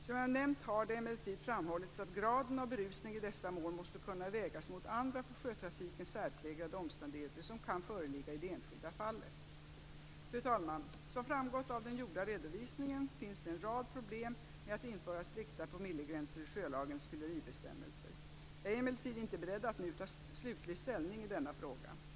Som jag nämnt har det emellertid framhållits att graden av berusning i dessa mål måste kunna vägas mot andra för sjötrafiken särpräglade omständigheter som kan föreligga i det enskilda fallet. Fru talman! Som framgått av den gjorda redovisningen finns det en rad problem med att införa strikta promillegränser i sjölagens fylleribestämmelser. Jag är emellertid inte beredd att nu ta slutlig ställning i denna fråga.